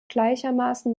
gleichermaßen